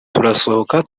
turasohoka